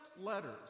letters